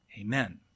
Amen